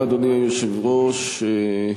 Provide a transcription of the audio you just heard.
כן, רבותי,